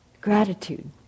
Gratitude